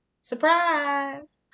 surprise